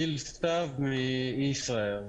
גיל סתיו מישראייר.